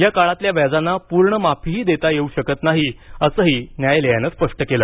या काळातल्या व्याजांना पूर्ण माफीही देता येऊ शकत नाही असंही न्यायालयानं आज स्पष्ट केलं